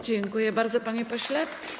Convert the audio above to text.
Dziękuję bardzo, panie pośle.